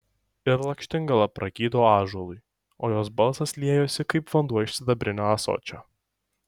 ir lakštingala pragydo ąžuolui o jos balsas liejosi kaip vanduo iš sidabrinio ąsočio